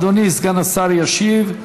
אדוני סגן השר ישיב.